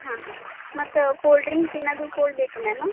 ಹಾಂ ಹಾಂ ಮತ್ತೆ ಕೋಲ್ಡ್ ಡ್ರಿಂಕ್ಸ್ ಏನಾದರೂ ಕೋಲ್ಡ್ ಬೇಕಾ ಮ್ಯಾಮ್